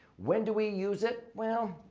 when do we use it? well,